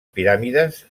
piràmides